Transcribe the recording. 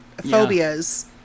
phobias